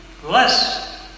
bless